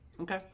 okay